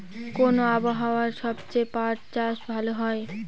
কোন আবহাওয়ায় সবচেয়ে পাট চাষ ভালো হয়?